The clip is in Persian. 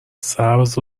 سبز